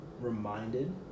reminded